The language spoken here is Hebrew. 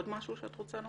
עוד משהו שאת רוצה לומר?